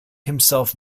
himself